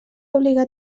obligar